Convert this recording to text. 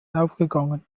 aufgegangen